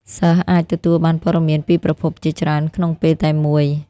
សិស្សអាចទទួលបានព័ត៌មានពីប្រភពជាច្រើនក្នុងពេលតែមួយ។